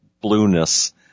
blueness